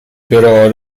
però